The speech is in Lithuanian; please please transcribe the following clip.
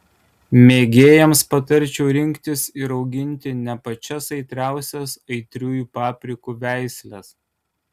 mėgėjams patarčiau rinktis ir auginti ne pačias aitriausias aitriųjų paprikų veisles